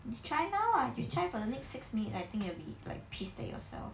you try now ah you try for the next six minutes I think you will be like pissed at yourself